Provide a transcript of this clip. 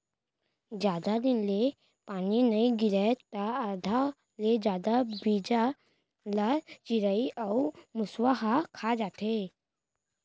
जादा दिन ले पानी नइ गिरय त आधा ले जादा बीजा ल चिरई अउ मूसवा ह खा जाथे